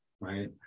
Right